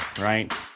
right